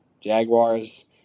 Jaguars